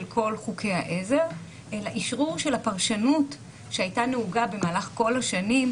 כל חוקי העזר אלא אשרור של הפרשנות שהייתה נהוגה במהלך כל השנים,